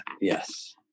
Yes